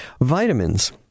Vitamins